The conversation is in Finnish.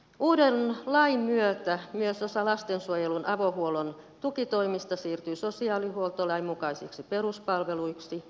uuden lain myötä myös osa lastensuojelun avohuollon tukitoimista siirtyy sosiaalihuoltolain mukaisiksi peruspalveluiksi